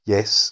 Yes